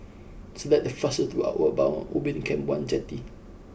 select the fastest way to Outward Bound Ubin Camp one Jetty